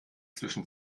zwischen